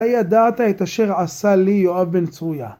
הידעת את אשר עשה לי יואב בן צרויה?